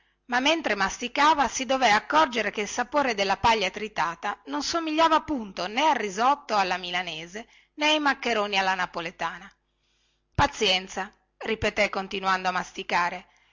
la masticava si dové accorgere che il sapore della paglia tritata non somigliava punto né al risotto alla milanese né ai maccheroni alla napoletana pazienza ripeté continuando a masticare